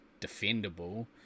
defendable